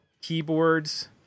keyboards